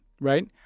right